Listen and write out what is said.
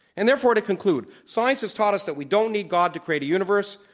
and, therefore, to conclude, science has taught us that we don't need god to create a universe,